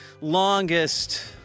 longest